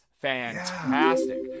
fantastic